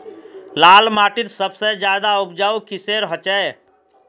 लाल माटित सबसे ज्यादा उपजाऊ किसेर होचए?